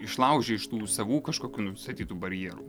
išlaužia iš tų savų kažkokių nustatytų barjerų